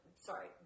Sorry